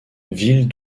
ville